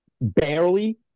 barely